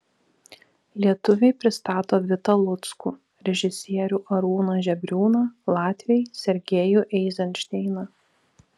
lietuviai pristato vitą luckų režisierių arūną žebriūną latviai sergejų eizenšteiną